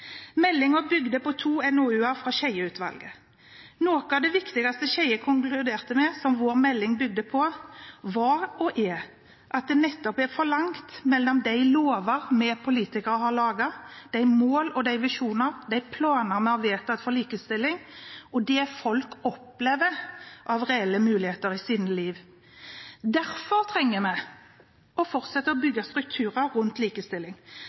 bygde på to NOU-er fra Skjeie-utvalget. Noe av det viktigste Skjeie-utvalget konkluderte med, som vår melding bygde på, var – og er – at det nettopp er for langt mellom de lover vi politikere har laget, og de mål, visjoner og planer vi har vedtatt for likestilling, og det folk opplever av reelle muligheter i sitt liv. Derfor trenger vi å fortsette å bygge strukturer for likestilling.